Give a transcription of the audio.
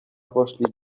poszli